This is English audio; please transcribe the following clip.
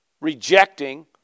rejecting